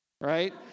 right